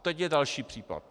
Teď je další případ.